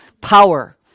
power